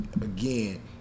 again